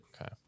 Okay